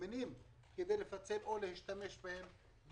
זמינים כדי לפצל או להשתמש בהם,